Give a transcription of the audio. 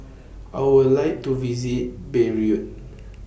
I Would like to visit Beirut